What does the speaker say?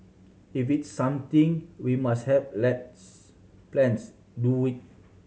if it's something we must have let's plans do it